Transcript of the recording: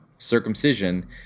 circumcision